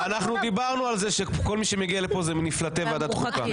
דיברנו על זה שכל מי שמגיע לכאן זה מנפלטי ועדת החוקה.